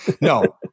no